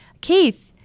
keith